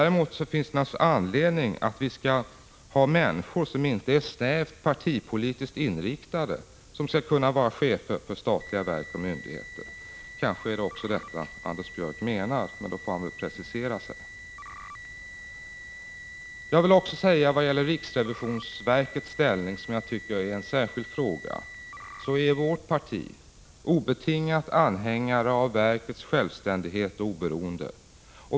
Däremot finns det naturligtvis anledning att som chefer för statliga verk och myndigheter ha människor som inte är snävt partipolitiskt inriktade. Kanske är det också detta som Anders Björck menar. Men då får han väl precisera sig. I vad gäller riksrevisionsverkets ställning, som jag tycker är en särskild fråga, vill jag säga att vårt parti obetingat är anhängare av verkets självständighet och oberoende.